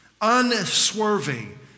unswerving